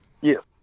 Yes